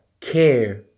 care